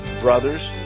brothers